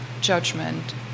judgment